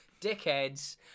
dickheads